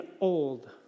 old